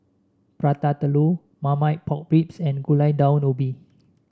Prata Telur Marmite Pork Ribs and Gulai Daun Ubi